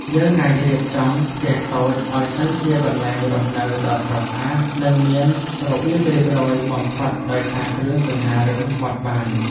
យើងអាចរៀបចំផ្ទះតូចឱ្យទៅជាកន្លែងរស់នៅដ៏ស្រស់ស្អាតនិងមានរបៀបរៀបរយបំផុតដោយសារគ្រឿងសង្ហារិមបត់បាន។